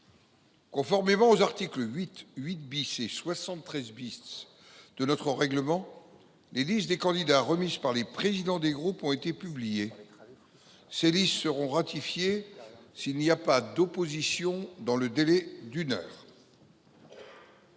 Conformément aux articles 8, 8 et 73 du règlement, les listes des candidats remises par les présidents des groupes ont été publiées. Ces listes seront ratifiées s’il n’y a pas d’opposition dans le délai d’une heure.